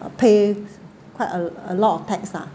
uh pay quite a a lot of tax yes ah